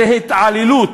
זו התעללות,